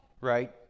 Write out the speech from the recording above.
right